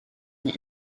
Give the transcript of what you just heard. and